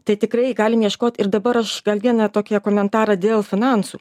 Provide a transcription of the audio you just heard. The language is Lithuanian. tai tikrai galim ieškot ir dabar aš gal vieną tokį komentarą dėl finansų